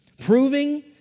proving